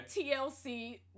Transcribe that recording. TLC